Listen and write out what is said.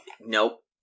Nope